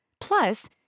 Plus